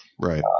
right